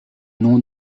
nom